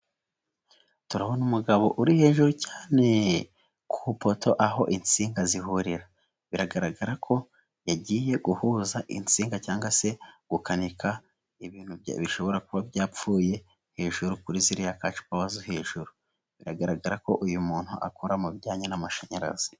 Turabona umugabo uri hejuru cyane ku ipoto aho insinga zihurira. Biragaragara ko yagiye guhuza insinga cyangwa se gukanika ibintu bishobora kuba byapfuye hejuru kuri ziriya kashi pawa zo hejuru. Biragaragara ko uyu muntu akora mu bijyanye n'amashanyarazi.